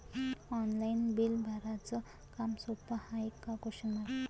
Online bill भराच काम सोपं हाय का?